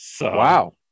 Wow